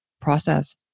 process